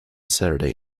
saturday